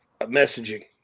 messaging